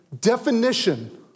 definition